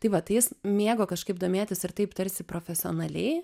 tai va tai jis mėgo kažkaip domėtis ir taip tarsi profesionaliai